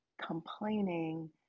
Complaining